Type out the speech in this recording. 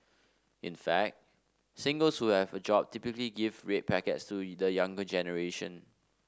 in fact singles who have a job typically give red packets to the younger generation